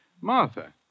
Martha